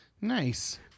Nice